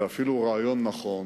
זה אפילו רעיון נכון.